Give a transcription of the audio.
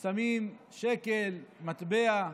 היו שמים שקל, מטבע,